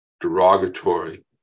derogatory